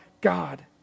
God